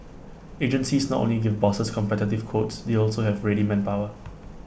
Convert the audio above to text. agencies not only give bosses competitive quotes they also have ready manpower